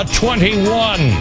21